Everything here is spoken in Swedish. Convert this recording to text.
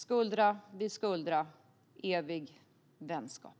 Skuldra vid skuldra, evig vänskap.